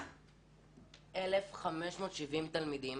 1,570 תלמידים